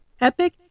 Epic